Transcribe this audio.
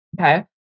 Okay